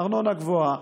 ארנונה גבוהה,